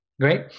Great